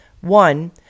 One